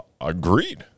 Agreed